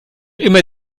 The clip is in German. immer